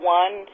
one